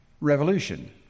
revolution